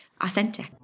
authentic